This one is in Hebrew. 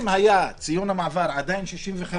אם ציון המעבר היה עדיין 65,